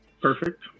Perfect